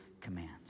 commands